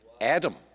Adam